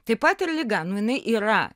taip pat ir liga nu jinai yra